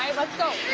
let's go.